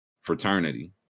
fraternity